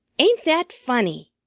ain't that funny?